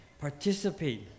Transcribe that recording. Participate